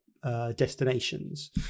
Destinations